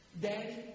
Daddy